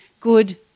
good